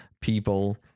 people